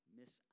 miss